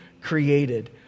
created